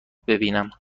ببینم